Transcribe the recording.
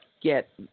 get